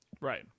Right